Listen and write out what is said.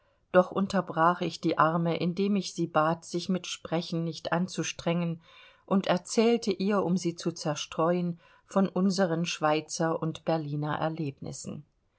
doch unterbrach ich die arme indem ich sie bat sich mit sprechen nicht anzustrengen und erzählte ihr um sie zu zerstreuen von unseren schweizer und berliner erlebnissen